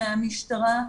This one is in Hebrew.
מהמשטרה,